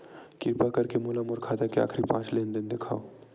किरपा करके मोला मोर खाता के आखिरी पांच लेन देन देखाव